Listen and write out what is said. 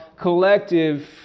collective